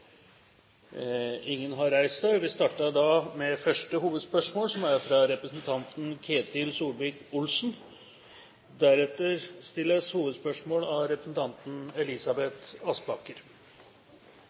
Ingen har reist seg. Vi starter da med første hovedspørsmål, fra representanten Ketil